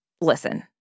listen